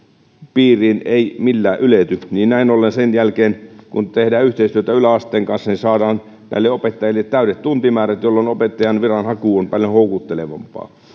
piiriin eivät millään ylety näin ollen sen jälkeen kun tehdään yhteistyötä yläasteen kanssa saadaan näille opettajille täydet tuntimäärät jolloin opettajanviran haku on paljon houkuttelevampaa